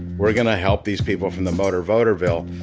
we're going to help these people from the motor voter bill.